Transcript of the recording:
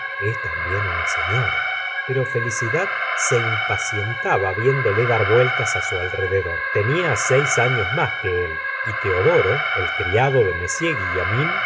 es también una señora pero felicidad se impacientaba